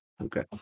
okay